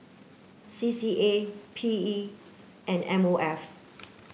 C C A P E and M O F